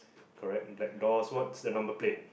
correct black doors what's the number plate